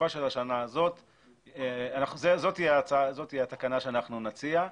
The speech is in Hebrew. זאת התקנה שאנחנו נציע.